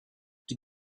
die